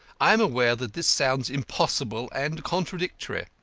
i am aware that this sounds impossible and contradictory.